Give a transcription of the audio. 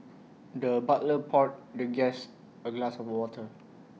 the butler poured the guest A glass of water